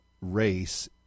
race